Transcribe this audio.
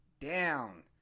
down